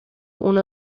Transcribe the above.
uno